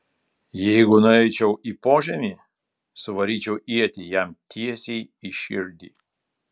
jeigu nueičiau į požemį suvaryčiau ietį jam tiesiai į širdį